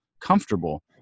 comfortable